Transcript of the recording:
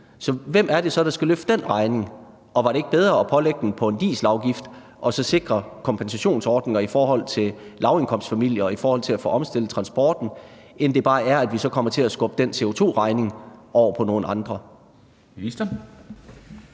men hvem er det så, der skal løfte den regning? Er det ikke bedre at lægge den på en dieselafgift og sikre kompensationsordninger for lavindkomstfamilier og til at omstille transporten end det, at vi bare kommer til at skubbe den CO2-regning over på andre?